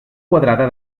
quadrada